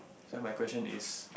so my question is